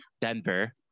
Denver